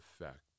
effect